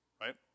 right